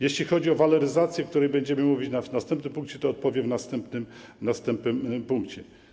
Jeśli chodzi o waloryzację, o której będziemy mówić w następnym punkcie, to odpowiem w następnym punkcie.